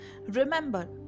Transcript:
Remember